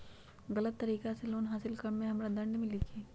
गलत तरीका से लोन हासिल कर्म मे हमरा दंड मिली कि?